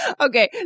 Okay